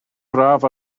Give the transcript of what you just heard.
braf